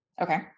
Okay